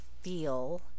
feel